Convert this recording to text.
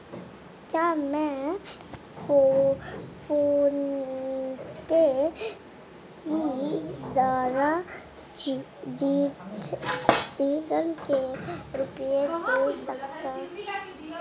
क्या मैं फोनपे के द्वारा डीज़ल के रुपए दे सकता हूं?